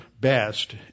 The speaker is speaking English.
best